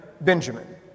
Benjamin